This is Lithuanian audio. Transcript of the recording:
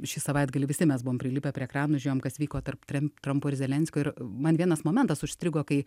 šį savaitgalį visi mes buvom prilipę prie ekranų žiūrėjom kas vyko tarp trem trampo ir zelenskio ir man vienas momentas užstrigo kai